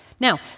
Now